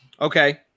Okay